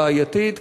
הבעייתית,